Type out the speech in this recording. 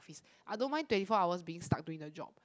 ~ice I don't mind twenty four hours being stuck doing the job